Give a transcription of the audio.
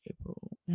April